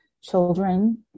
children